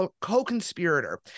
co-conspirator